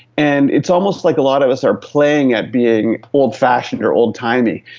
and it's almost like a lot of us are playing at being old-fashioned or old-timey.